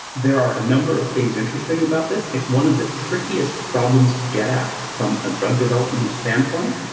there are a number of things interesting about this, it's one of the trickiest problems to get at from a drug development standpoint,